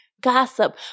gossip